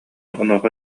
онуоха